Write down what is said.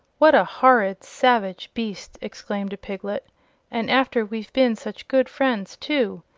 what a horrid, savage beast! exclaimed a piglet and after we've been such good friends, too,